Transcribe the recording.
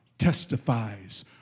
testifies